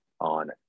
on